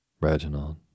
Reginald